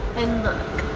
and look,